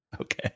okay